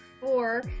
four